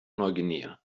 neuguinea